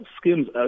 schemes